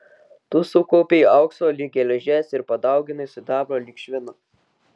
tu sukaupei aukso lyg geležies ir padauginai sidabro lyg švino